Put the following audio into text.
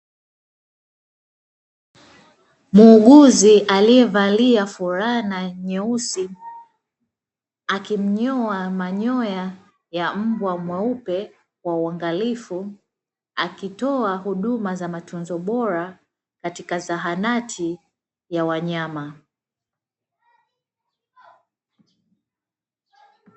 Muuguzi aliyevalia fulana nyeusi, akimnyoa manyoya ya mbwa mweupe kwa uangalifu, akitoa huduma za matunzo bora katika zahanati ya wanyama.